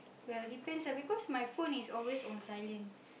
well depends lah because my phone is always on silent